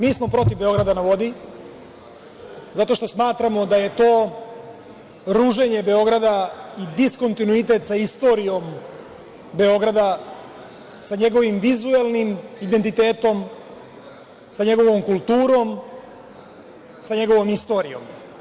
Mi smo protiv „Beograda na vodi“ zato što smatramo da je to ruženje Beograda i diskontinuitet sa istorijom Beograda, sa njegovim vizuelnim identitetom, sa njegovom kulturom, sa njegovom istorijom.